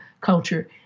culture